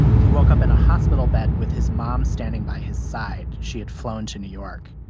he woke up in a hospital bed with his mom standing by his side. she had flown to new york.